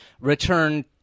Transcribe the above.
return